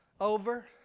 over